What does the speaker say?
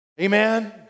Amen